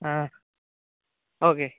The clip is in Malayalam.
ആ ഓക്കെ